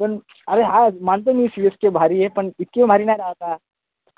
पण अरे हा मानतो मी सी एस के भारी आहे पण इतकी भारी नाही राह आता